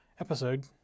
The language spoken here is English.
episode